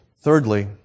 Thirdly